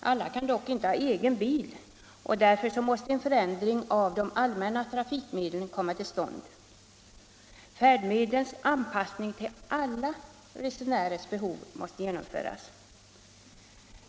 Alla kan dock inte ha egen bil och därför måste en förändring av de allmänna trafikmedlen komma till stånd. Färdmedlens anpassning till alla resenärers behov måste genomföras.